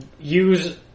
use